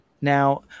Now